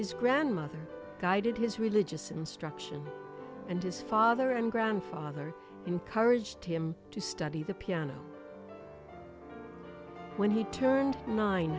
his grandmother guided his religious instruction and his father and grandfather encouraged him to study the piano when he turned nine